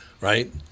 Right